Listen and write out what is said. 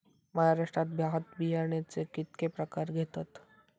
महाराष्ट्रात भात बियाण्याचे कीतके प्रकार घेतत?